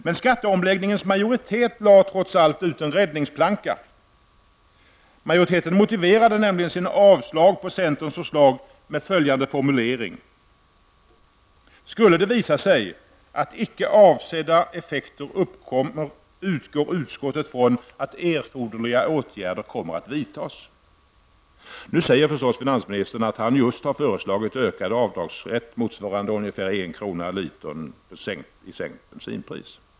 Men skatteomläggningens majoritet lade, trots allt, ut en räddningsplanka. Majoriteten motiverade nämligen sina avslag på centerns förslag med följande formulering: ''Skulle det visa sig, att icke avsedda effekter uppkommer utgår utskottet från att erforderliga åtgärder kommer att vidtas.'' Nu säger finansministern förstås att han just föreslagit ökad avdragsrätt motsvarande ungefär 1 kr. per liter i sänkt bensinpris.